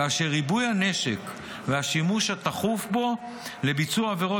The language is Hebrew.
"כאשר ריבוי הנשק והשימוש התכוף בו לביצוע העבירות